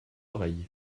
oreille